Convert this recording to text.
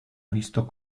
visto